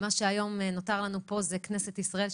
מה שהיום נותר לנו פה זו כנסת ישראל,